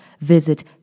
visit